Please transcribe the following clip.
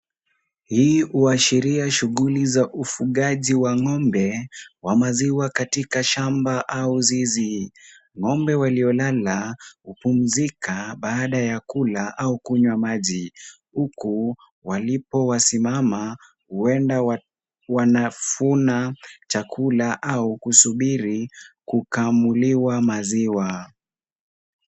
Hii huashiria shughuli za ufugaji wa ng'ombe wa maziwa katika shamba au zizi. Ng'ombe waliolala, hupumzika baada ya kula au kunywa maji, huku waliposimama huenda wanatafuna chakula au kusubiri kukamuliwa maziwa.